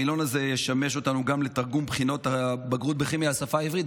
המילון הזה ישמש אותנו גם לתרגום בחינות הבגרות בכימיה לשפה העברית,